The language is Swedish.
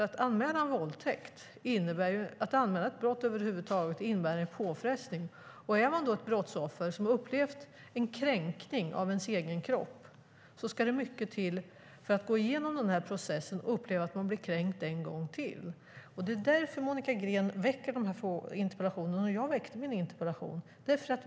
Att anmäla en våldtäkt eller ett brott över huvud taget innebär en påfrestning. Är man ett brottsoffer som upplevt en kränkning av ens egen kropp ska det mycket till för att orka gå igenom rättsprocessen. Ska man då behöva uppleva att man blir kränkt en gång till? Det är därför Monica Green har väckt denna interpellation och jag har väckt min interpellation.